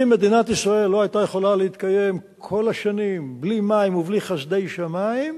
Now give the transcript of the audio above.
אם מדינת ישראל לא היתה יכולה להתקיים כל השנים בלי מים ובלי חסדי שמים,